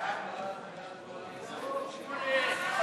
ההצעה להעביר את הצעת חוק צער בעלי-חיים (הגנה על בעלי-חיים) (תיקון,